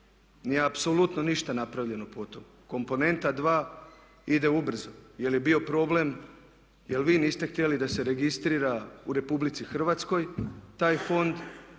Nije apsolutno ništa napravljeno po tome. Komponenta 2. ide ubrzo jer je bio problem jer vi niste htjeli da se registrira u RH taj fond,